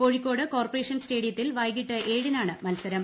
Kozhikode corporation സ്റ്റേഡിയത്തിൽ വൈകീട്ട് ഏഴിനാണ് മത്സരം